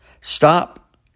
Stop